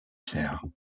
pierre